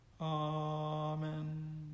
Amen